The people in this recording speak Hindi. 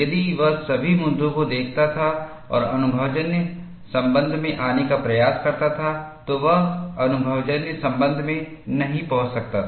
यदि वह सभी मुद्दों को देखता था और अनुभवजन्य संबंध में आने का प्रयास करता था तो वह अनुभवजन्य संबंध में नहीं पहुंच सकता था